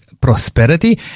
prosperity